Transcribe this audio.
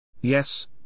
Yes